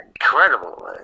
incredible